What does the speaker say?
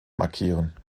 markieren